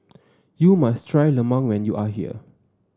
you must try Lemang when you are here